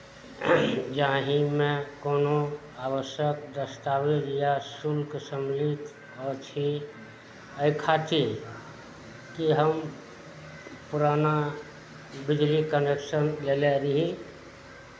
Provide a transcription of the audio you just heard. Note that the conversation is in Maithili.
जाहिमे कोनो आवश्यक दस्तावेज या शुल्क सम्मिलित अछि एहि खातिर कि हम पुराना बिजली कनेक्शन लेने रही